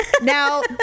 Now